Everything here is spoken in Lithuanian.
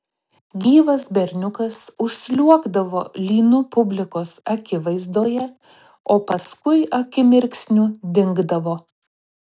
gyvas berniukas užsliuogdavo lynu publikos akivaizdoje o paskui akimirksniu dingdavo